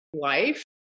life